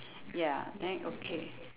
ya then okay